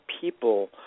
people